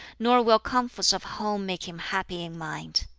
nor will comforts of home make him happy in mind.